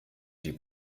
die